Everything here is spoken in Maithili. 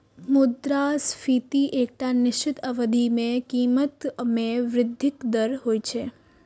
मुद्रास्फीति एकटा निश्चित अवधि मे कीमत मे वृद्धिक दर होइ छै